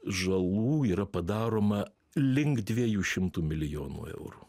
žalų yra padaroma link dviejų šimtų milijonų eurų